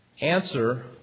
answer